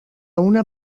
una